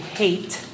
hate